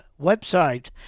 website